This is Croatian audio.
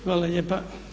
Hvala lijepa.